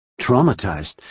Traumatized